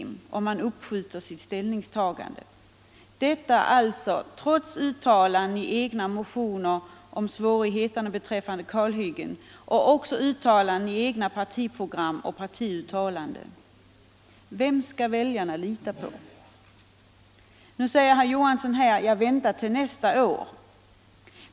Man vill i stället uppskjuta sitt ställningstagande, trots uttalanden i egna motioner om svårigheterna beträffande kalhyggena och trots uttalanden i egna par tiprogram och partiuttalanden. Vem skall väljarna lita på? 175 Nu säger herr Johansson i Holmgården att vi bör vänta till nästa år.